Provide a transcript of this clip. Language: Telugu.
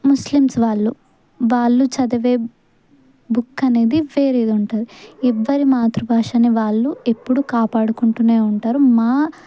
ముస్లిమ్స్ వాళ్ళు వాళ్ళు చదివే బుక్ అనేది వేరేది ఉంటుంది ఎవ్వరి మాతృభాషని వాళ్ళు ఎప్పుడూ కాపాడుకుంటూనే ఉంటారు మా